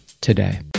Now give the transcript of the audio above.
today